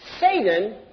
Satan